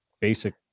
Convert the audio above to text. basic